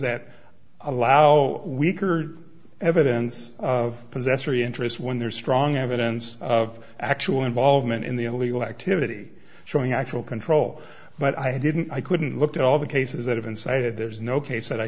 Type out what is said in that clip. that allow weaker evidence of possessory interest when there's strong evidence of actual involvement in the illegal activity showing actual control but i didn't i couldn't look at all the cases that have been cited there's no case that i